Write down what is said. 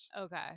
Okay